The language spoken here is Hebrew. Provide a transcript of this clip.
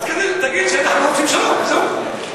אז תגיד: אנחנו לא רוצים שלום, וזהו.